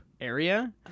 area